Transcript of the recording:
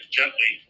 gently